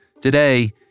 Today